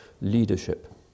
leadership